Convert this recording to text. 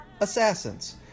*Assassins*